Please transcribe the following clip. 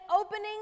opening